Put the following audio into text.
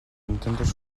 intentos